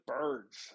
birds